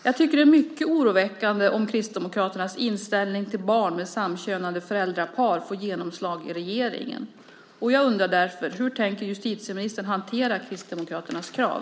Jag tycker att det är mycket oroväckande om Kristdemokraternas inställning till barn med samkönade föräldrapar får genomslag i regeringen. Jag undrar därför: Hur tänker justitieministern hantera Kristdemokraternas krav?